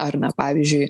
ar na pavyzdžiui